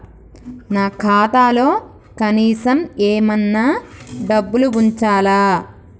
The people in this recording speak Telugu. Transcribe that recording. నా ఖాతాలో కనీసం ఏమన్నా డబ్బులు ఉంచాలా?